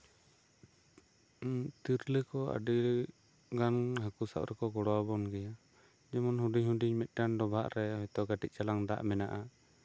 ᱛᱤᱨᱞᱟᱹ ᱠᱚ ᱟᱹᱰᱤ ᱜᱟᱱ ᱦᱟᱹᱠᱩ ᱥᱟᱵ ᱨᱮᱠᱚ ᱜᱚᱲᱚ ᱟᱵᱚᱱ ᱜᱮᱭᱟ ᱡᱮᱢᱚᱱ ᱦᱩᱰᱤᱧ ᱦᱩᱰᱤᱧ ᱢᱤᱫᱴᱟᱝ ᱰᱚᱵᱷᱟᱜ ᱨᱮ ᱦᱚᱭᱛᱳ ᱠᱟᱴᱤᱪ ᱪᱟᱞᱟᱝ ᱫᱟᱜ ᱢᱮᱱᱟᱜᱼᱟ